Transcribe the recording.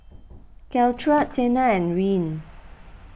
Caltrate Tena and Rene